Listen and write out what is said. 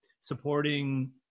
supporting